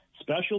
Special